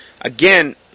again